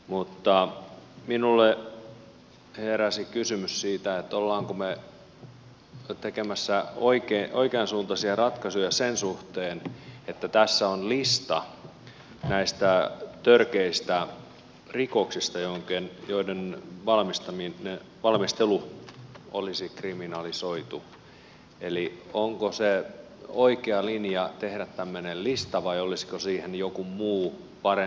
mutta minulle heräsi kysymys siitä olemmeko me tekemässä oikeansuuntaisia ratkaisuja sen suhteen että tässä on lista näistä törkeistä rikoksista joiden valmistelu olisi kriminalisoitu eli onko se oikea linja tehdä tämmöinen lista vai olisiko siihen joku muu parempi keino